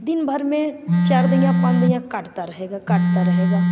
दिन भर में चार दैयाँ पाँच दैयाँ काटता रहेगा काटता रहेगा